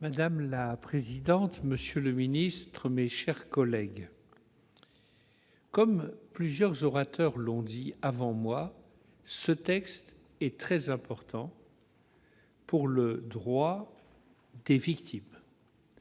Madame la présidente, monsieur le ministre, mes chers collègues, comme plusieurs orateurs l'ont dit avant moi, ce texte est très important pour le droit des victimes.